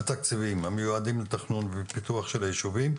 התקציבים המיועדים לתכנון ופיתוח של הישובים,